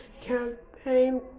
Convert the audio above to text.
campaign